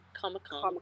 Comic-Con